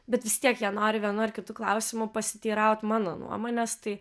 bet vis tiek jie nori vienu ar kitu klausimu pasiteiraut mano nuomonės tai